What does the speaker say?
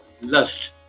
lust